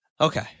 Okay